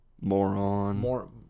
moron